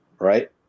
right